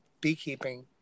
beekeeping